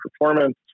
performance